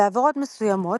בעבירות מסוימות,